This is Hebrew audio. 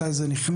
מתי זה נכנס,